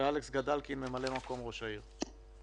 ואלכס גדלקין, ממלא-מקום ראש העיר.